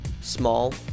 small